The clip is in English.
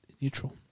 neutral